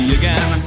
again